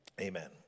amen